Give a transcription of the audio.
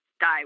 die